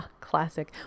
classic